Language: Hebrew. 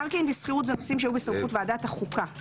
מקרקעין ושכירות אלו הנושאים שהיו בסמכות ועדת החוקה,